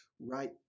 right